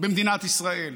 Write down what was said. במדינת ישראל,